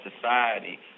society